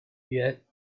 yet